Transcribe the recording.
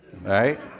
right